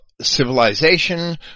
civilization